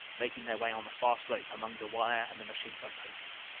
making their way on the far slope among the wire and the machine-gun posts.